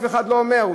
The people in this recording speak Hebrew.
אף אחד לא אומר.